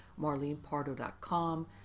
marlenepardo.com